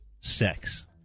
sex